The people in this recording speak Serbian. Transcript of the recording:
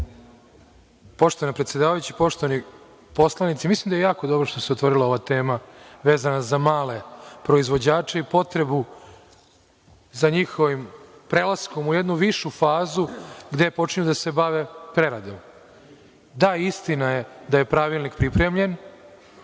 Poštovana predsedavajuća, poštovani poslanici, mislim da je jako dobro što se otvorila ova tema vezana za male proizvođače i potrebu za njihovim prelaskom u jednu višu fazu gde počinju da se bave preradom. Da, istina je da je pravilnik pripremljen,